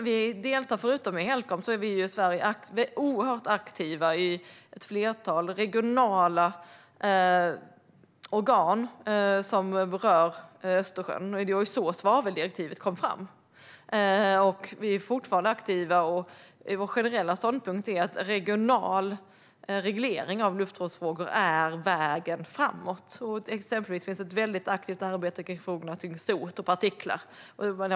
Förutom att vi deltar i Helcom är vi i Sverige oerhört aktiva i ett flertal regionala organ som berör Östersjön. Det var så svaveldirektivet kom fram. Vi är fortfarande aktiva. Vår generella ståndpunkt är att regional reglering av luftvårdsfrågor är vägen framåt. Exempelvis finns det ett väldigt aktivt arbete med frågorna om sot och partiklar.